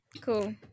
Cool